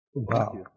wow